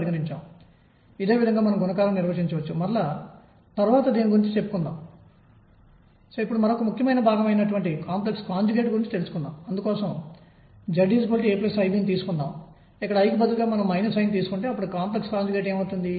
వర్ణపటంలో ఉన్న వివిధ తరంగదైర్ఘ్యాల తీవ్రతలను ఎలా లెక్కించాలో కూడా కనుగొనవలసి ఉంది